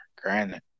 granted